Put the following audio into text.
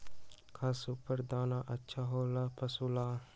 का सुपर दाना अच्छा हो ला पशु ला?